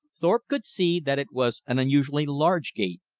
thorpe could see that it was an unusually large gate,